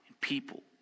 people